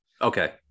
Okay